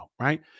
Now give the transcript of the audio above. right